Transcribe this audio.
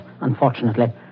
unfortunately